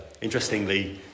Interestingly